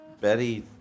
Betty